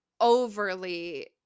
overly